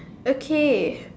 okay